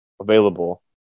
available